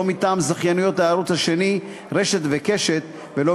לא מטעם זכייניות הערוץ השני "רשת" ו"קשת" ולא